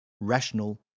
rational